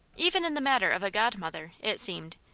even in the matter of a godmother, it seemed,